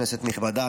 כנסת נכבדה,